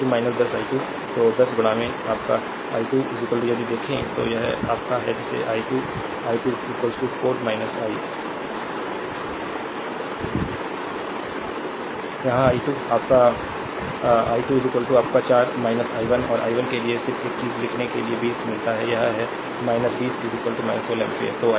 slide time देखें 3259 और v 2 10 i2 तो 10 your i2 यदि देखें तो यह your है जिसे i2 i2 4 i 1 कहते हैं संदर्भ स्लाइड टाइम 3307 यहाँ i2 your 4 i 1 और i 1 के लिए सिर्फ एक चीज़ लिखने से 20 मिलता है यह है 20 16 एम्पीयर